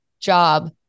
job